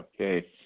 Okay